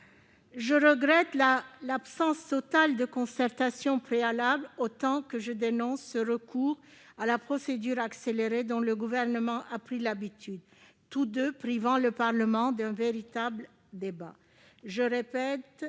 regretter l'absence totale de concertation préalable. Je dénonce le recours à la procédure accélérée, dont le Gouvernement a pris l'habitude. Tous deux privent le Parlement d'un véritable débat. Je l'ai